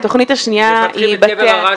התוכנית השנייה היא בתי --- מתפתחים את קבר הרשב"י.